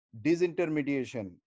disintermediation